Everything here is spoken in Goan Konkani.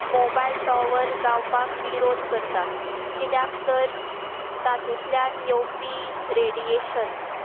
मोबायल टोवर जावपाक विरोध करतात कित्याक तर तितूंतल्यान येवपी रेडियेशन